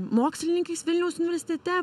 mokslininkais vilniaus universitete